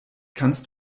kannst